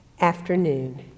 afternoon